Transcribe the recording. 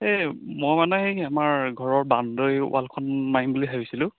এই মই মানে এই আমাৰ ঘৰৰ বাউণ্ডৰী ওৱালখন মাৰিম বুলি ভাবিছিলো